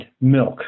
milk